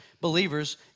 believers